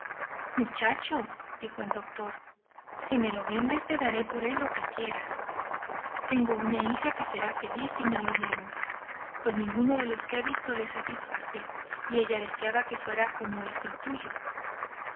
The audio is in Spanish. muchacho dijo el doctor si me lo vendes te daré por él lo que quieras tengo una hija que será feliz si se lo llevo pues ninguno de los que ha visto le satisface y ella deseaba que fuera como es el tuyo